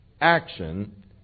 action